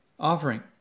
offering